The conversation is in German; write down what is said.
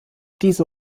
diese